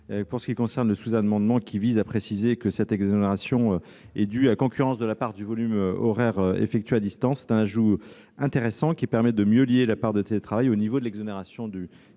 le dispositif. Le sous-amendement vise à préciser que cette exonération est accordée à concurrence de la part du volume horaire effectué à distance. C'est un complément intéressant, qui permettra de mieux lier à la part de télétravail le niveau de l'exonération du